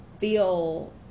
feel